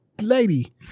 lady